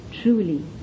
truly